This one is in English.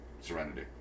Serenity